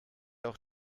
auch